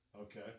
Okay